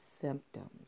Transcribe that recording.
symptoms